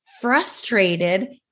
frustrated